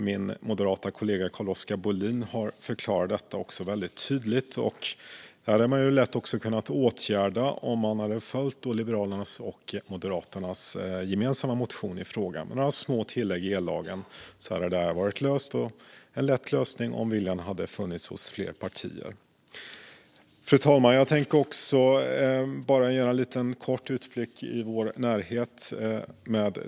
Min kollega från Moderaterna, Carl-Oskar Bohlin, har förklarat detta väldigt tydligt. Man hade lätt kunnat åtgärda detta om man hade följt Liberalernas och Moderaternas gemensamma motion i frågan. Med några små tillägg i ellagen hade det varit löst. Det hade varit en lätt lösning, om viljan hade funnits hos fler partier. Fru talman! Jag vill bara göra en kort utflykt i vår närhet.